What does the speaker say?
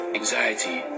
anxiety